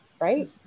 right